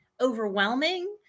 overwhelming